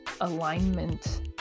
alignment